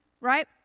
right